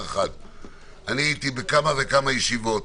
הייתי בכמה וכמה ישיבות,